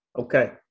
Okay